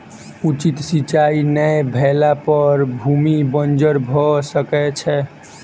उचित सिचाई नै भेला पर भूमि बंजर भअ सकै छै